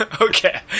Okay